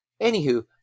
anywho